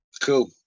cool